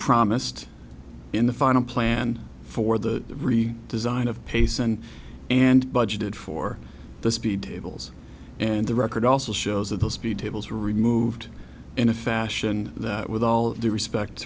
promised in the final plan for the re design of pace and and budgeted for the speed tables and the record also shows that the speed tables were removed in a fashion that with all due respect